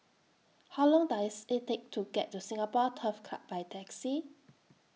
How Long Does IT Take to get to Singapore Turf Club By Taxi